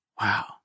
Wow